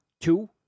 two